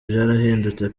byarahindutse